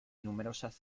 numerosas